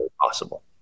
possible